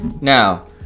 Now